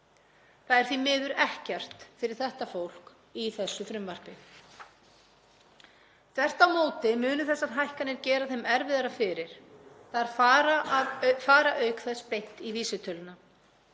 Það er því miður ekkert fyrir þetta fólk í þessu frumvarpi. Þvert á móti munu þessar hækkanir gera þeim erfiðara fyrir. Þær fara auk þess beint í vísitöluna.